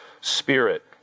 spirit